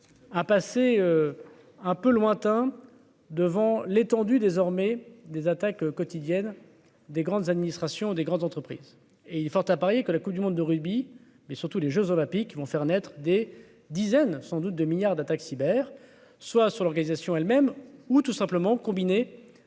à passer un peu lointain devant l'étendue désormais des attaques quotidiennes des grandes administrations, des grandes entreprises et il est fort à parier que la Coupe du monde de rugby, mais surtout des Jeux olympiques qui vont faire naître des dizaines sans doute de milliard d'attaque cyber. Soit sur l'organisation elle-même ou tout simplement combiné